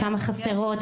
כמה חסרות,